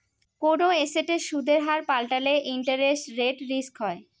কোনো এসেটের সুদের হার পাল্টালে ইন্টারেস্ট রেট রিস্ক হয়